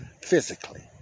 physically